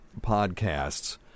podcasts